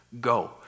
go